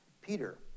Peter